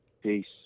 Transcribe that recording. Peace